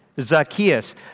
Zacchaeus